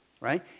right